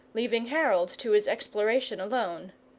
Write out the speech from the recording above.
leaving harold to his exploration alone.